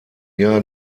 jahr